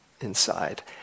inside